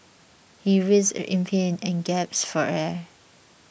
he writhed in pain and gasped for air